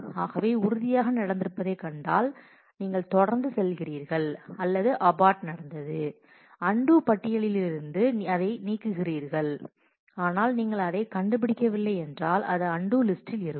ஆகவே உறுதியாக நடந்திருப்பதைக் கண்டால் நீங்கள் தொடர்ந்து செல்கிறீர்கள் அல்லது அபார்ட் நடந்தது அன்டூ பட்டியலிலிருந்து அதை நீக்குகிறீர்கள் ஆனால் நீங்கள் அதைக் கண்டுபிடிக்கவில்லை என்றால் அது அன்டூ லிஸ்டில் இருக்கும்